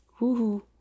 Woohoo